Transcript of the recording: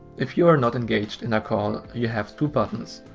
if you are not engaged in a call you have two buttons,